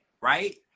right